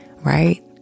right